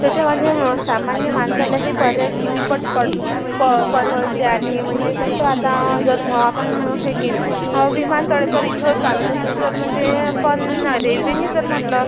त्याचे म्हणजे सामान्य माणसाला ही पर्याय कितीपट पड प परवडते आणि म्हणजे कसं आता जर आपण हे केली विमानतळे तर इथं चालतच नाही तर म्हणजे पण रेल्वेनी जर म्हटलं